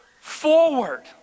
forward